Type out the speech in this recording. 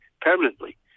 permanently